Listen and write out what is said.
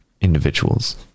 individuals